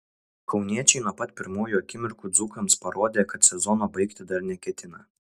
kauniečiai nuo pat pirmųjų akimirkų dzūkams parodė kad sezono baigti dar neketina